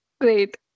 great